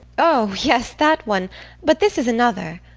oh, yes, that one but this is another.